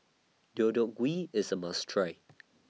Deodeok Gui IS A must Try